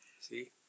See